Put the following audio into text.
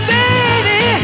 baby